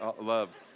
love